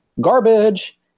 garbage